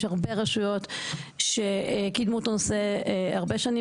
יש הרבה רשויות שקידמו את הנושא הרבה שנים,